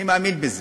אני מאמין בזה.